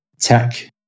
tech